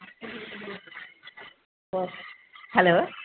hello